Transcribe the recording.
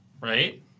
right